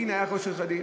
והנה היה ראש עיר חרדי,